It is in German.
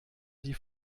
die